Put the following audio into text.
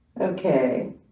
Okay